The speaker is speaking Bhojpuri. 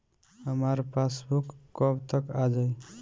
हमार पासबूक कब तक आ जाई?